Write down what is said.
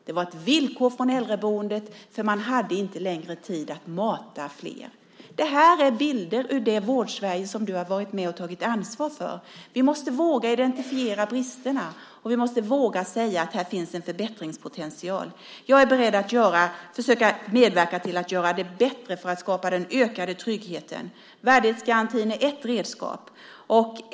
Det var ett villkor från äldreboendet, för man hade inte längre tid att mata fler. Det här är bilder ur det Vård-Sverige som du har varit med och tagit ansvar för. Vi måste våga identifiera bristerna och vi måste våga säga att här finns en förbättringspotential. Jag är beredd att försöka medverka till att göra det bättre för att skapa den ökade tryggheten. Värdighetsgarantin är ett redskap.